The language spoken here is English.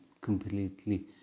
completely